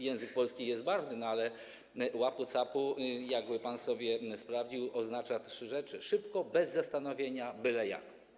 Język polski jest barwny, ale łapu-capu, jakby pan sobie sprawdził, oznacza trzy rzeczy: szybko, bez zastanowienia, byle jak.